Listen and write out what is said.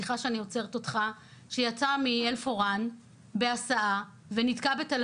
הוא יצא מעין פורן בהסעה ונתקע בתל